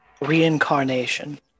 reincarnation